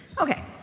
Okay